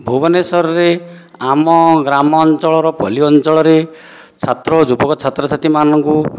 ଭୂବନେଶ୍ୱରରେ ଆମ ଗ୍ରାମଞ୍ଚଳର ପଲ୍ଲୀ ଅଞ୍ଚଳରେ ଛାତ୍ର ଯୁବକ ଛାତ୍ରଛାତ୍ରୀ ମାନଙ୍କୁ